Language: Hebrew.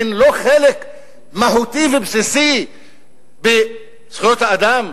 האם הן לא חלק מהותי ובסיסי בזכויות האדם?